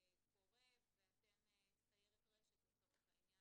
קורה ואתם סיירת רשת לצורך העניין,